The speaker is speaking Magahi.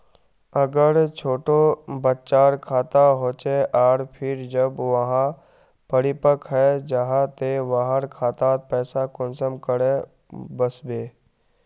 अगर छोटो बच्चार खाता होचे आर फिर जब वहाँ परिपक है जहा ते वहार खातात पैसा कुंसम करे वस्बे?